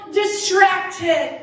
distracted